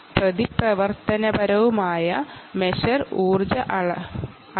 active reactive energy measure മെൻറ്റിൻ 0